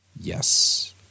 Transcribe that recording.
yes